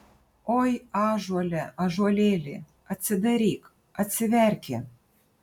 oi ąžuole ąžuolėli atsidaryk atsiverki